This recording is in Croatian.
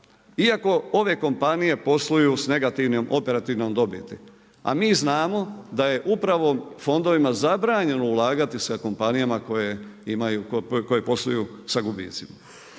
iako ove kompanije posluju sa negativnim, operativnom dobiti. A mi znamo da je upravo fondovima zabranjeno ulagati sa kompanijama koje posluju sa gubicima.